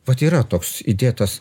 vat yra toks įdėtas